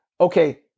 Okay